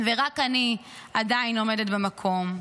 ורק אני עדיין עומדת במקום".